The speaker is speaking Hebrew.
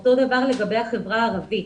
אותו דבר לגבי החברה הערבית.